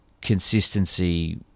consistency